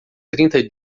trinta